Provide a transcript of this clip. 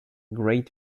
great